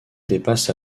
dépasse